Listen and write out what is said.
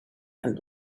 and